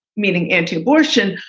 meaning anti-abortion,